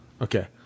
Okay